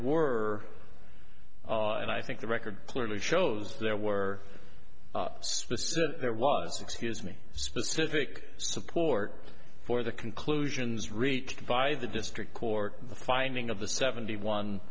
were and i think the record clearly shows there were there was excuse me specific support for the conclusions reached by the district court the finding of the seventy one